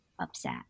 upset